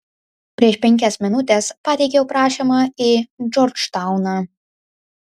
prieš penkias minutes pateikiau prašymą į džordžtauną